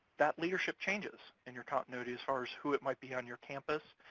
that leadership changes in your continuity as far as who it might be on your campus.